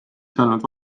saanud